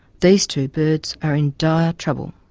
these two birds are in dire trouble.